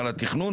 מנהל התכנון,